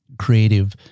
creative